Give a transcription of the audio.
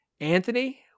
Anthony